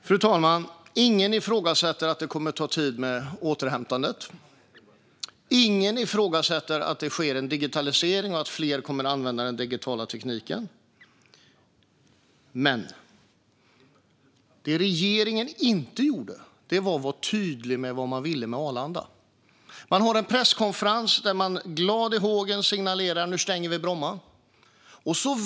Fru talman! Ingen ifrågasätter att återhämtningen kommer att ta tid. Ingen ifrågasätter att det sker en digitalisering och att fler kommer att använda den digitala tekniken. Men regeringen var inte tydlig med vad man ville med Arlanda. Man hade en presskonferens där man glad i hågen signalerade att nu stänger vi Bromma.